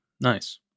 Nice